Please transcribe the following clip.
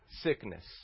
sickness